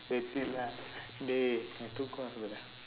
that's it lah dey எனக்கு தூக்கம் வருதுடா:enakku thuukkam varuthudaa